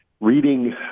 reading